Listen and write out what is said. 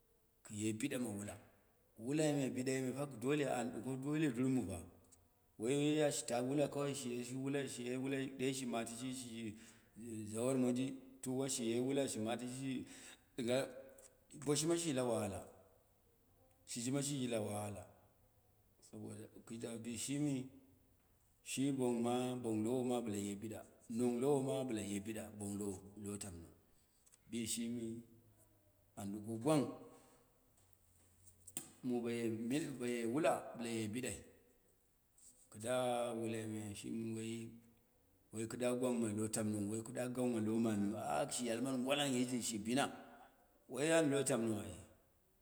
Kɨye biɗama wwa, wulai me biɗai me pa dole an ɗuko dole durmpa, wai ashita wwa kawai shiye shi wulai shiye wwa, ɗe shi matishi shiji zawar moji tu uwa shi ye wula shi mati shi dinga bo shima shi shi la wahala shijima shijila wahala, saboda, kɨda shimi, shi bongma, bong lowoma bɨla ye biɗa, nong lowoma bɨla ye biɗa, bong lo lo tamho, bishimi, an ɗuko gwang mu boye nen, boye wula, bɨla yebiɗai, kɨda wulai me shimi woi woi kɨda gwong ma lo tamnou woi kɨda gwang ma lo mamiu shiji dmani ngwalang jiji shi bina wai ai lotamnou ou